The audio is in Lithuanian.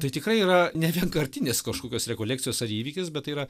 tai tikrai yra nevienkartinės kažkokios rekolekcijos ar įvykis bet tai yra